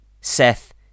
Seth